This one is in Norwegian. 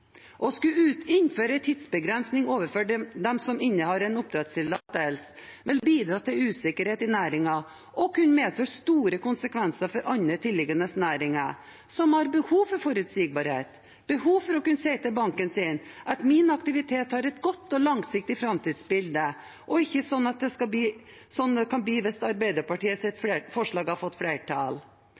Å skulle innføre en tidsbegrensning for dem som innehar en oppdrettstillatelse, vil bidra til usikkerhet i næringen og vil kunne medføre store konsekvenser for andre tilliggende næringer som har behov for forutsigbarhet, behov for å kunne si til banken sin at min aktivitet har et godt og langsiktig framtidsbilde – og ikke slik det kan bli hvis Arbeiderpartiets forslag får flertall.